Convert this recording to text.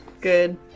Good